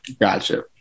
Gotcha